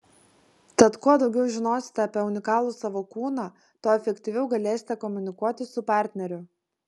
tad kuo daugiau žinosite apie unikalų savo kūną tuo efektyviau galėsite komunikuoti su partneriu